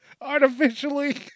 Artificially